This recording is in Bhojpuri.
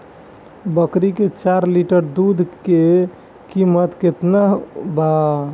बकरी के चार लीटर दुध के किमत केतना बा?